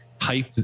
hype